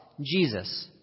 Jesus